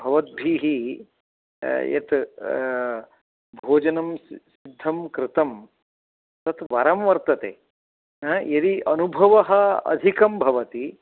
भवद्भिः यत् भोजनं सिद्धं कृतं तत् वरं वर्तते यदि अनुभवः अधिकं भवति